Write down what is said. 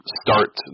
start